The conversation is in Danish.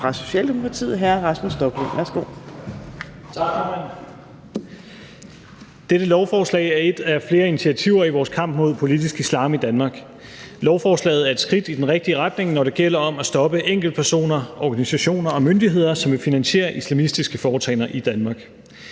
Kl. 14:54 (Ordfører) Rasmus Stoklund (S): Tak, formand. Dette lovforslag er et af flere initiativer i vores kamp mod politisk islam i Danmark. Lovforslaget er et skridt i den rigtige retning, når det gælder om at stoppe enkeltpersoner, organisationer og myndigheder, som vil finansiere islamistiske foretagender i Danmark;